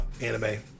anime